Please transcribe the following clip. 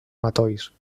matolls